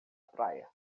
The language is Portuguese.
praia